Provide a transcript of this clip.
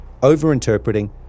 overinterpreting